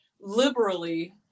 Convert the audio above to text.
liberally